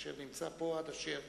אשר נמצא פה עד אשר